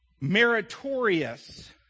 meritorious